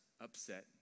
upset